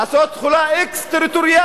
לעשות תחולה אקסטריטוריאלית.